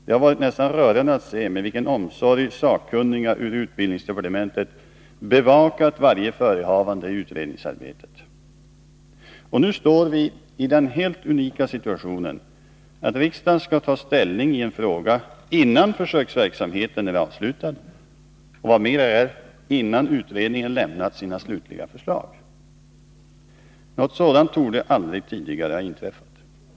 Det har varit nästan rörande att se med vilken omsorg sakkunniga ur utbildningsdepartementet bevakat varje Nu står vi i den helt unika situationen att riksdagen skall ta ställning i en fråga innan försöksverksamheten är avslutad och, vad mera är, innan utredningen lämnat sina slutliga förslag. Något sådant torde aldrig tidigare ha inträffat.